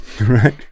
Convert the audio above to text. right